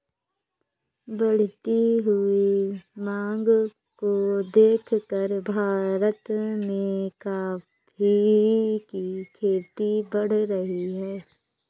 बढ़ती हुई मांग को देखकर भारत में कॉफी की खेती बढ़ रही है